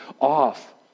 off